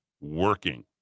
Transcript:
working